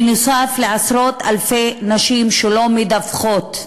בנוסף לעשרות אלפי נשים שלא מדווחות.